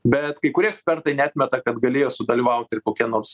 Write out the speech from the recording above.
bet kai kurie ekspertai neatmeta kad galėjo sudalyvaut ir kokia nors